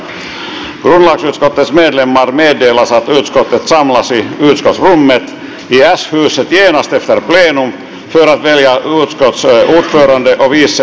grundlagsutskottets medlemmar meddelas att utskottet samlas i utskottsrummet i s huset genast efter plenum för att välja utskottsordförande och vice ordförande